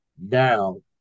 now